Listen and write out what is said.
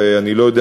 ואני לא יודע,